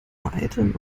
vereiteln